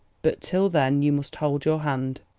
but till then you must hold your hand.